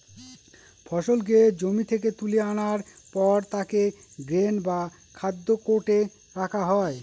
ফসলকে জমি থেকে তুলে আনার পর তাকে গ্রেন বা খাদ্য কার্টে রাখা হয়